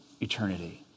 Eternity